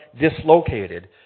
dislocated